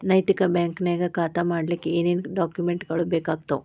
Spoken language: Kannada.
ನೈತಿಕ ಬ್ಯಾಂಕ ನ್ಯಾಗ್ ಖಾತಾ ಮಾಡ್ಲಿಕ್ಕೆ ಏನೇನ್ ಡಾಕುಮೆನ್ಟ್ ಗಳು ಬೇಕಾಗ್ತಾವ?